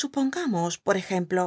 supongamos por ejemplo